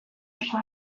oso